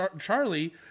Charlie